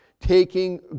taking